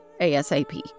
ASAP